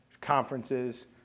conferences